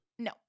No